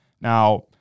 Now